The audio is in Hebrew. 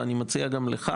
ואני מציע גם לך